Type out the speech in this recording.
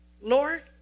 Lord